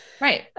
Right